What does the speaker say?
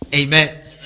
amen